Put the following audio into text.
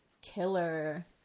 Killer